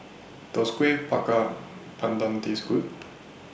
Does Kueh Bakar Pandan Taste Good